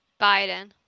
Biden